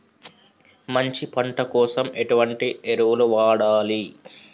మంచి పంట కోసం ఎటువంటి ఎరువులు వాడాలి?